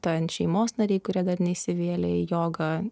ten šeimos nariai kurie dar neįsivėlė į jogą